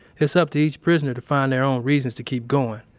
it's up to each prisoner to find their own reasons to keep going.